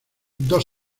dos